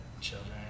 children